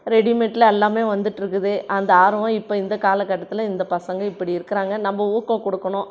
ரெடிமேடில் எல்லாமே வந்துகிட்ருக்குது அந்த ஆர்வம் இப்போ இந்த காலகட்டத்தில் இந்த பசங்கள் இப்படி இருக்கிறாங்க நம்ப ஊக்கம் கொடுக்கணும்